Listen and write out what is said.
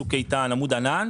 צוק איתן או עמוד ענן,